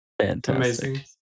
fantastic